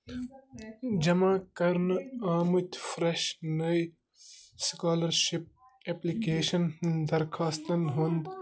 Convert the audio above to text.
جمع کرنہٕ آمٕتۍ فریٚش نٔے سُکالرشپ ایٚپلِکیشن درخاستَن ہُنٛد